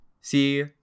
See